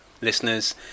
listeners